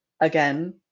Again